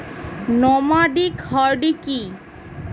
Nomadic hardy কি?